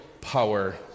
power